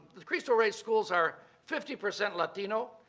the christo rey schools are fifty percent latino,